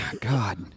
God